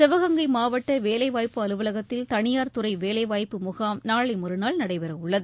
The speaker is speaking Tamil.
சிவகங்கை மாவட்ட வேலைவாய்ப்பு அலுவலகத்தில் தனியார் துறை வேலைவாய்ப்பு முகாம் நாளை மறுநாள் நடைபெற உள்ளது